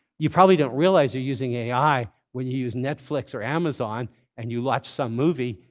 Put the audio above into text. you probably don't realize you're using ai when you use netflix or amazon and you watch some movie,